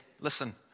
listen